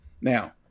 Now